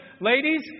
Ladies